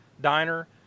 Diner